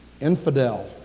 infidel